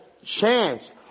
chance